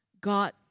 God